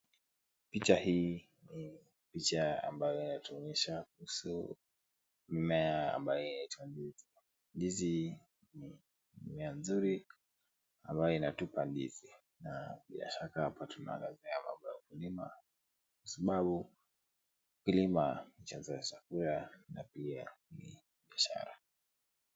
Picha hii ni picha ambayo naitumisha kuhusu mimea ambayo inaitwa ndizi. Ndizi ni mimea nzuri ambayo inatupa ndizi, na bila shaka hapa tuna angazia mambo ya ukulima kwa sababu ukilima chazaa chakula, na pia ni biashara.